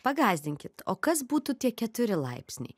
pagąsdinkit o kas būtų tie keturi laipsniai